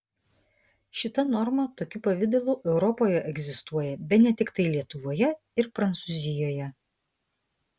šita norma tokiu pavidalu europoje egzistuoja bene tiktai lietuvoje ir prancūzijoje